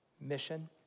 mission